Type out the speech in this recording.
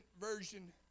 version